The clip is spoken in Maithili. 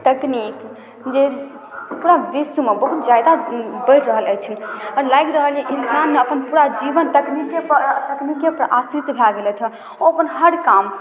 तकनीकि जे पूरा विश्वमे बहुत जादा बढ़ि रहल अछि आओर लागि रहल यऽ इंसानने अपन पूरा जीवन तकनीकेपर तकनीकेपर आश्रित भए गेलथि हँ ओ अपन हर काम